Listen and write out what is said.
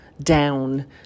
down